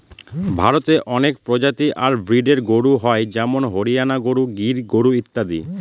ভারতে অনেক প্রজাতি আর ব্রিডের গরু হয় যেমন হরিয়ানা গরু, গির গরু ইত্যাদি